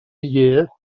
year